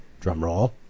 drumroll